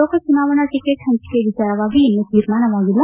ಲೋಕ ಚುನಾವಣಾ ಟಿಕೆಟ್ ಪಂಚಿಕೆ ವಿಚಾರವಾಗಿ ಇನ್ನೂ ತೀರ್ಮಾನವಾಗಿಲ್ಲ